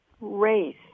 race